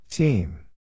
Team